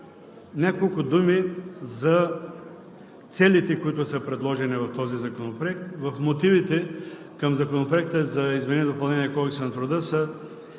Няколко думи за целите, които са предложени в този законопроект. В мотивите към Законопроекта за изменение и допълнение на Кодекса на труда е